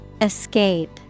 Escape